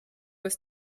ist